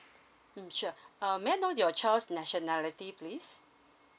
mm sure uh may I know your child's nationality please